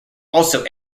also